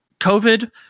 COVID